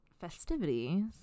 festivities